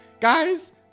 Guys